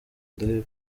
ndaheba